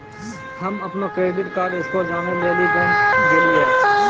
हम्म अपनो credit card score जानै लेली बैंक गेलियै